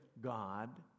God